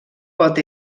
pot